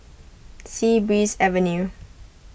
Sea Breeze Avenue